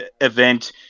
event